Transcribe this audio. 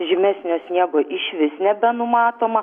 žymesnio sniego išvis nebenumatoma